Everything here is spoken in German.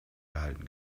erhalten